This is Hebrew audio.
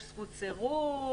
יש זכות סירוב,